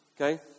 Okay